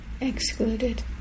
excluded